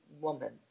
woman